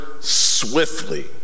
swiftly